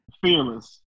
Fearless